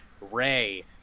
Ray